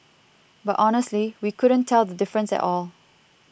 but honestly we couldn't tell the difference at all